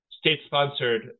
state-sponsored